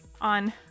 on